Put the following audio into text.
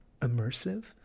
immersive